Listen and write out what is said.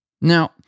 Now